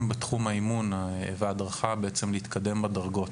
בתחום האימון וההדרכה להתקדם בדרגות?